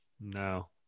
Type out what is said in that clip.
No